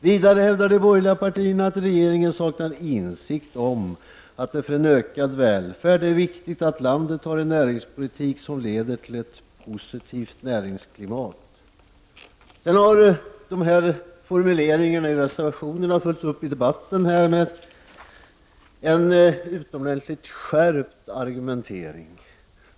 Vidare hävdar de borgerliga partierna att regeringen saknar insikt om att det för en ökad välfärd är viktigt att landet har en näringspolitik som leder till ett positivt näringsklimat. Formuleringarna i reservationerna har följts upp i debatten med en utomordentligt skärpt argumentering.